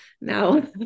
now